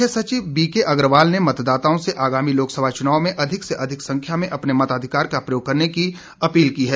मुख्य सचिव बीके अग्रवाल ने मतदाताओं से आगामी लोकसभा चुनाव में अधिक से अधिक संख्या में अपने मताधिकार का प्रयोग करने की अपील की है